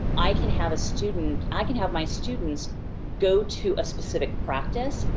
i can have a student, i can have my students go to a specific practice,